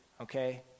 Okay